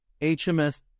HMS